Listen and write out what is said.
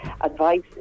Advice